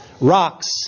rocks